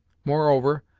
moreover,